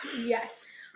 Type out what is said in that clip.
Yes